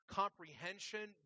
comprehension